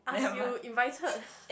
you invited